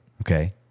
Okay